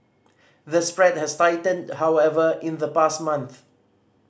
the spread has tightened however in the past month